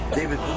David